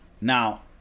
Now